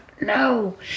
no